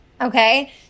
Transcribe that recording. okay